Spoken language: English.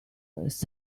was